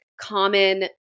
common